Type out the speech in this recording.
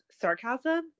sarcasm